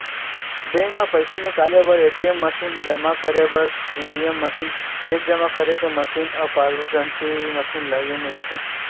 bank म पइसा निकाले बर ए.टी.एम मसीन, जमा करे बर सीडीएम मशीन, चेक जमा करे के मशीन अउ पासबूक एंटरी मशीन लगे मिलथे